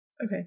Okay